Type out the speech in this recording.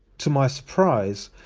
to my surprise,